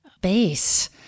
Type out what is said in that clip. base